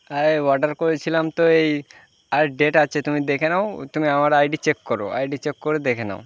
আরে অর্ডার করেছিলাম তো এই আরে ডেট আছে তুমি দেখে নাও তুমি আমার আইডি চেক করো আইডি চেক করে দেখে নাও